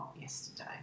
yesterday